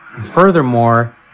Furthermore